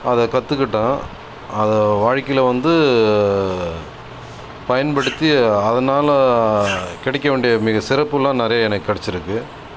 அதை கற்றுக்கிட்டோம் அதை வாழ்க்கையில் வந்து பயன்படுத்தி அதனால் கிடைக்க வேண்டிய மிக சிறப்பு எல்லாம் நிறையா எனக்கு கிடைச்சுருக்கு